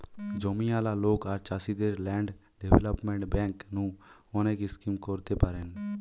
জমিয়ালা লোক আর চাষীদের ল্যান্ড ডেভেলপমেন্ট বেঙ্ক নু অনেক স্কিম করতে পারেন